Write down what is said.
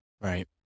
Right